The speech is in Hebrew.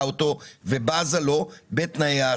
אז גם אותה אישה שדיברת עליה,